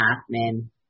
Hoffman